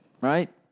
right